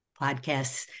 podcasts